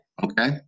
okay